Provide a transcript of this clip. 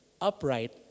Upright